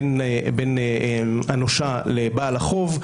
בין הנושה לבעל החוב.